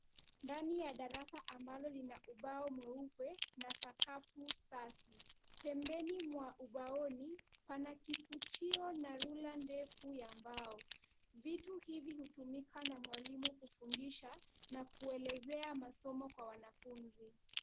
Ndani ya darasa ambalo lina ubao mweupe na sakafu safi. Pembeni mwa ubaoni pana kifutio na rula ndefu ya mbao. Vitu hivi hutumika na mwalimu kufundisha na kuelezea masomo kwa wanafunzi.